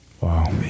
Wow